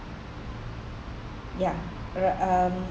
ya ri~ um